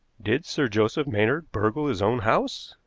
did sir joseph maynard burgle his own house?